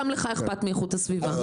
גם לך אכפת מאיכות הסביבה.